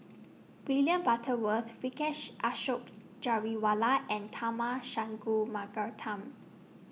William Butterworth Vijesh Ashok Ghariwala and Tharman Shanmugaratnam